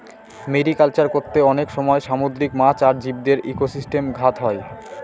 mariculture করতে অনেক সময় সামুদ্রিক মাছ আর জীবদের ইকোসিস্টেমে ঘাত হয়